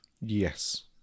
Yes